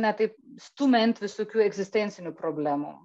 ne taip stumiant visokių egzistencinių problemų